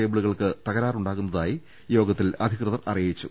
കേബിളു കൾക്ക് തകരാറുണ്ടാകുന്നതായി യോഗത്തിൽ അധികൃതർ അറിയിച്ചു